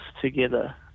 together